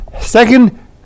second